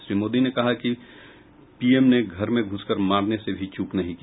श्री मोदी ने कहा कि पीएम ने घर में घुसकर मारने से भी चूक नहीं किया